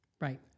Right